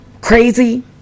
crazy